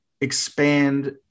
expand